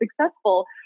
successful